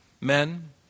men